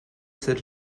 cette